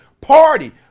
Party